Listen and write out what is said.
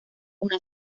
una